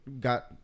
got